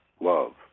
love